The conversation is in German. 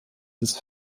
des